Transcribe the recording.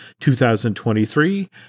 2023